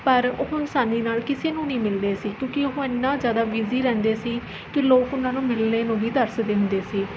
ਪਰ ਉਹ ਅਸਾਨੀ ਨਾਲ਼ ਕਿਸੇ ਨੂੰ ਨਹੀਂ ਮਿਲਦੇ ਸੀ ਕਿਉਂਕਿ ਉਹ ਐਨਾ ਜ਼ਿਆਦਾ ਬੀਜ਼ੀ ਰਹਿੰਦੇ ਸੀ ਕਿ ਲੋਕ ਉਹਨਾਂ ਨੂੰ ਮਿਲਣੇ ਨੂੰ ਵੀ ਤਰਸਦੇ ਹੁੰਦੇ ਸੀ